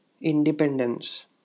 independence